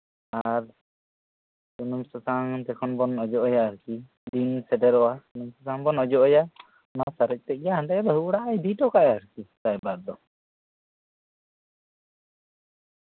ᱟᱨ ᱥᱩᱱᱩᱢ ᱥᱟᱥᱟᱝ ᱡᱚᱠᱷᱚᱱ ᱵᱚᱱ ᱚᱡᱚᱜ ᱟᱭᱟ ᱟᱨᱠᱤ ᱤᱧ ᱥᱮᱴᱮᱨᱚᱜᱼᱟ ᱥᱩᱱᱩᱢ ᱥᱟᱥᱟᱝ ᱵᱚᱱ ᱚᱡᱚᱜ ᱟᱭᱟ ᱚᱱᱟ ᱥᱟᱨᱮᱡ ᱛᱮᱫ ᱜᱮ ᱦᱟᱸᱰᱮ ᱵᱟᱦᱩ ᱚᱲᱟᱜ ᱮᱭ ᱤᱫᱤ ᱦᱚᱴᱚ ᱠᱟᱜᱼᱟ ᱟᱨᱠᱤ ᱨᱟᱭᱵᱟᱨ ᱫᱚ